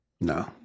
No